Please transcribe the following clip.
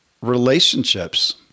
relationships